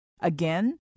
Again